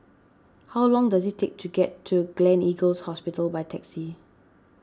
how long does it take to get to Gleneagles Hospital by taxi